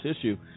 issue